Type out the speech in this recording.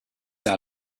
out